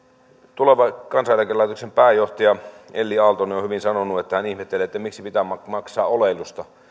tuleva kansaneläkelaitoksen pääjohtaja elli aaltonen on hyvin sanonut että hän ihmettelee että miksi pitää maksaa oleilusta